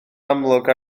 amlwg